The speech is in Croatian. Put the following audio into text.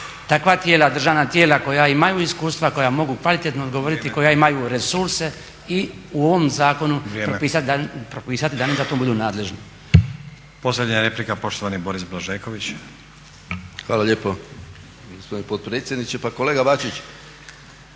takva tijela, državna tijela koja imaju iskustva, koja mogu kvalitetno odgovoriti, koja imaju resurse i u ovom zakonu propisati da oni za to budu nadležni.